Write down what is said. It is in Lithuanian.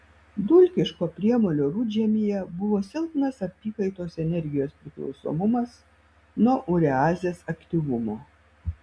dulkiško priemolio rudžemyje buvo silpnas apykaitos energijos priklausomumas nuo ureazės aktyvumo